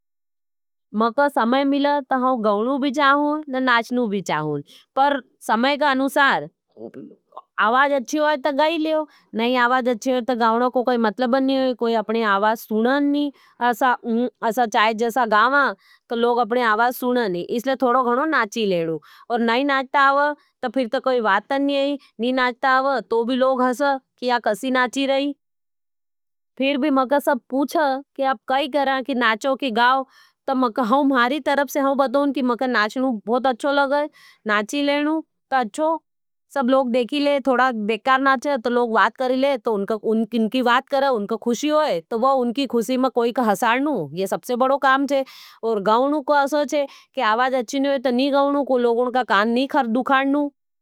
हम गाउं का घर में रहनू भी पसंद करूँ न शहर का चोटासा फ्लेट में भी रहनु पसंद करूँ। पर आजकल असो छे कि गाउं में हम तो सब रह लेवाई पर हमारे आने वाली जन्रेशन। जो पड़न कले बाहर जाये तो उनका साथ उनका माई बाप कभी जानू पड़े तो वो ता आप कसा बिचारा गाउं में रहे। उनका साथ उनका जानू पड़े तो उनका चोटासा फ्लेट में भी रहनू पड़े पर समय का हिसाब से सब चीज़ को परिवर्तन हुणू बहुत जरूरी छे। फ्लेट में भी रहनू पड़े वो यह असो रहे है कि फ्लेट छोटो रहे तो थोड़ी असुविधा तो होई। गाउ में जो लोग रहे वो आपनी सुख सुविधा का अनूसार रहते ले पर अब समय का हिसाब से जो पढ़ाई को समय छे लोगों काम्पिटीशन करी रहे। आज एक दूसरा का पचे एक का पचे दूसरो हरावना को करे तो उनका भावना का लिए बच्चाना का भनावना का लिए शहर में जानू पड़े। उनने छोटा सा घर में भी रहनू पड़े समय अनूसार सब परिवर्तन जरूरी।